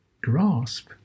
grasp